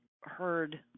heard